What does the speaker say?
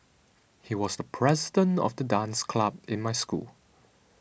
he was the president of the dance club in my school